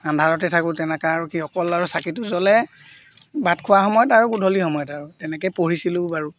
আন্ধাৰতে থাকোঁ তেনেকা আৰু কি অকল আৰু চাকিটো জ্বলে ভাত খোৱা সময়ত আৰু গধূলি সময়ত আৰু তেনেকেই পঢ়িছিলোঁ বাৰু